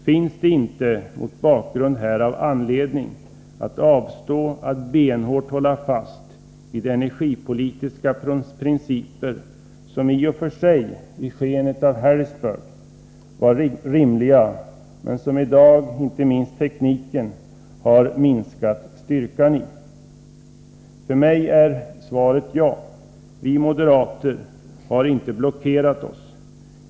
Finns det då inte mot bakgrund härav anledning att avstå från att benhårt hålla fast vid energipolitiska principer som i skenet av Harrisburg i och för sig var rimliga men som tekniken i dag har minskat styrkan i? För mig är svaret ja. Vi moderater är inte blockerade.